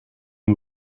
een